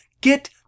get